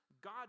God